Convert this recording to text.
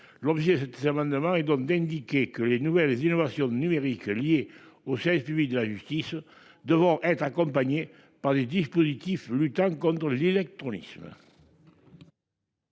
L'objet de cet amendement est donc d'indiquer que les innovations numériques liées au service public de la justice devront être accompagnées par des dispositifs luttant contre l'illectronisme.